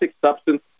substance